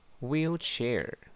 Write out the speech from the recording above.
Wheelchair